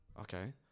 Okay